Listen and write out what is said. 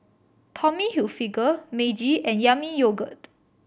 Tommy Hilfiger Meiji and Yami Yogurt